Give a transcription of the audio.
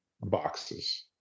boxes